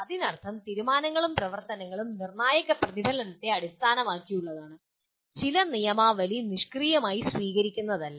അതിനർത്ഥം തീരുമാനങ്ങളും പ്രവർത്തനവും നിർണായക പ്രതിഫലനത്തെ അടിസ്ഥാനമാക്കിയുള്ളതാണ് ചില നിയമാവലി നിഷ്ക്രിയമായി സ്വീകരിക്കുന്നതല്ല